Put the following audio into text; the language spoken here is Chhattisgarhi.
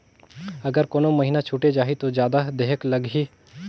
अगर कोनो महीना छुटे जाही तो जादा देहेक लगही?